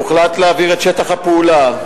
הוחלט להעביר את שטח הפעולה,